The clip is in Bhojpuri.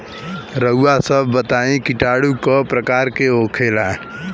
रउआ सभ बताई किटाणु क प्रकार के होखेला?